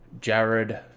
Jared